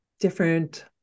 different